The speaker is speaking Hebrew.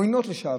עוינות לשעבר,